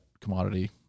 commodity